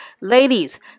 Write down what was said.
Ladies